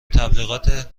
تبلیغات